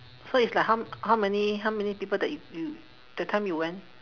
so it's like how how many how many people that y~ you that time you went